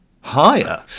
higher